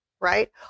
right